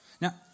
Now